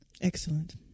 Excellent